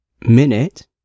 Minute